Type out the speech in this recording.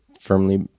firmly